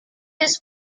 his